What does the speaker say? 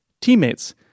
teammates